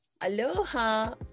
Aloha